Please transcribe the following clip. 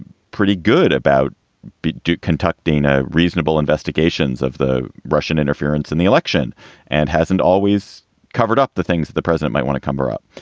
pretty good about beat duke, kentucky. dana, reasonable investigations of the russian interference in the election and hasn't always covered up the things that the president might want to cover up.